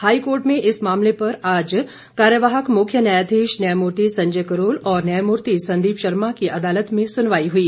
high court में इस मामले पर आज कार्यवाहक मुख्य न्यायाधीश न्यायमूर्ति संजय करोल और न्यायमूर्ति संदीप शर्मा की अदालत में सुनवाई हुई